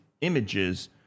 images